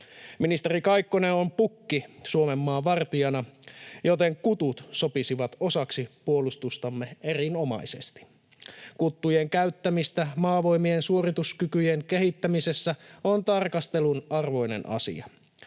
Ministeri Kaikkonen on pukki Suomenmaan vartijana, joten kutut sopisivat osaksi puolustustamme erinomaisesti. Kuttujen käyttäminen Maavoimien suorituskykyjen kehittämisessä on tarkastelun arvoinen asia: